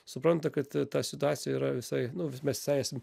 supranta kad ta situacija yra visai nu mes visai esam